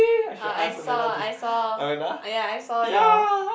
uh I saw I saw ya I saw your